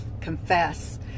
confess